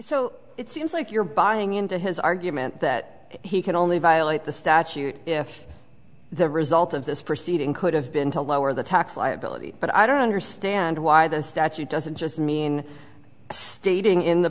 so it seems like you're buying into his argument that he can only violate the statute if the result of this proceeding could have been to lower the tax liability but i don't understand why the statute doesn't just mean stating in the